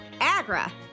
agra